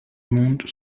monde